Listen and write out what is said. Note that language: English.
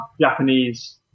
japanese